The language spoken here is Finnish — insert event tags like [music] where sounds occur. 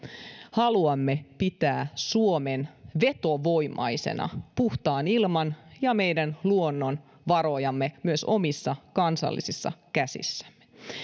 haluamme pitää suomen vetovoimaisena puhtaan ilman [unintelligible] ja meidän luonnonvaramme myös omissa kansallisissa käsissämme